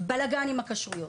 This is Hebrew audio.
בלגן עם הכשרויות.